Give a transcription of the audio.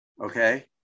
okay